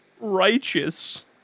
Righteous